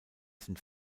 sind